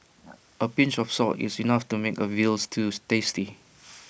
A pinch of salt is enough to make A Veal Stew tasty